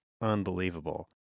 unbelievable